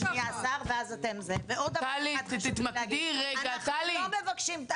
אנחנו לא מבקשים --- טלי תתמקדי רגע- -- לא קיבלתם מענקים?